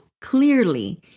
clearly